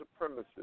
supremacists